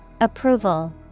Approval